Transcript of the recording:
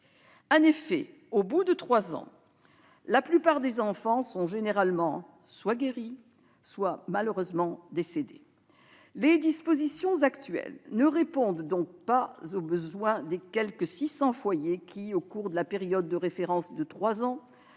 En effet, au bout de trois ans, la plupart des enfants sont généralement soit guéris, soit, malheureusement, décédés. Les dispositions actuelles ne répondent donc pas aux besoins des quelque 600 foyers qui, au cours de la période de référence de trois ans,